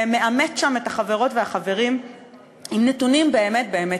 ומעמת שם את החברות והחברים עם נתונים באמת באמת